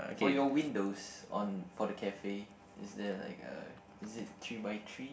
for your windows on for the cafe is there like a is it three by three